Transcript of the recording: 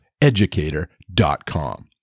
Educator.com